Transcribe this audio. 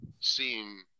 seeing